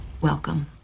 welcome